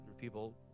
people